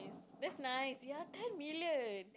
that's nice ya ten million